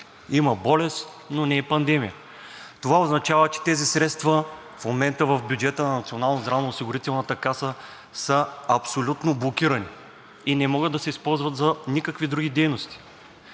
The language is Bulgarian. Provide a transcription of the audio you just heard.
Има болест, но не и пандемия. Това означава, че тези средства в момента в бюджета на Националната здравноосигурителна каса са абсолютно блокирани и не могат да се използват за никакви други дейности.